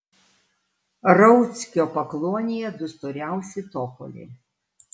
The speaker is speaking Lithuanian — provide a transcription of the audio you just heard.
rauckio pakluonėje du storiausi topoliai